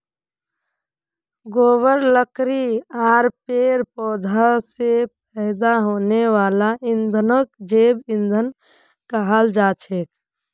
गोबर लकड़ी आर पेड़ पौधा स पैदा हने वाला ईंधनक जैव ईंधन कहाल जाछेक